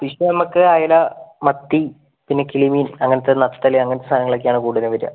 fish നമുക്ക് അയല മത്തി പിന്നെ കിളിമീൻ അങ്ങനത്തെ നത്തൽ അങ്ങനത്തെ സാധനങ്ങൾ ഒക്കെയാണ് കൂടുതലും വരുക